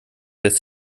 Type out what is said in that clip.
lässt